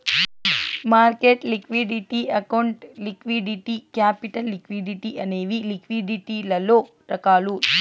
market liquidity account liquidity capital liquidity అనేవి లిక్విడిటీలలో రకాలు